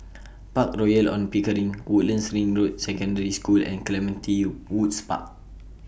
Park Royal on Pickering Woodlands Ring Road Secondary School and Clementi Woods Park